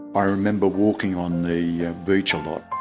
i remember walking on the beach a lot